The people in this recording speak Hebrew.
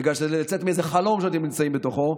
בגלל שזה לצאת מאיזה חלום שאתם נמצאים בתוכו,